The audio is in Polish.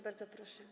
Bardzo proszę.